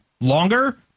longer